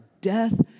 death